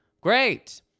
great